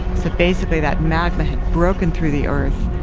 so basically that magma had broken through the earth.